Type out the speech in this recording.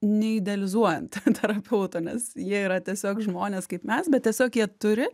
neidealizuojant terapeuto nes jie yra tiesiog žmonės kaip mes bet tiesiog jie turi